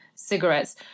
cigarettes